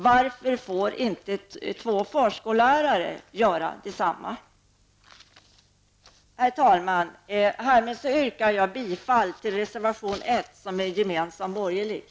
Varför får inte två förskollärare göra detsamma? Herr talman! Jag yrkar härmed bifall till den gemensamma borgerliga reservationen nr 1.